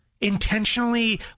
intentionally